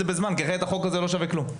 זה בזמן כי אחרת החוק הזה לא שווה כלום.